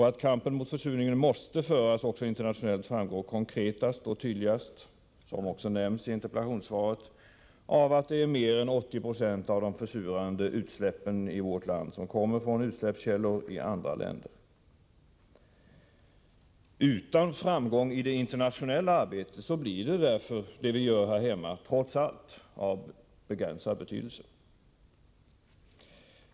Att kampen mot försurningen måste föras också internationellt framgår konkretast och tydligast — som också nämns i interpellationssvaret — av att mer än 80 96 av de försurande utsläppen i vårt land kommer från utsläppskällor i andra länder. Utan framgång i det internationella arbetet blir därför det vi gör här hemma -— trots allt — av begränsad betydelse.